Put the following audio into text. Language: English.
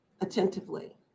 attentively